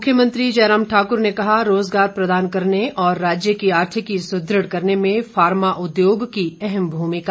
मुख्यमंत्री जयराम ठाक्र ने कहा रोजगार प्रदान करने और राज्य की आर्थिकी सुदृढ़ करने में फार्मा उद्योग की अहम भूमिका